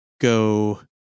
go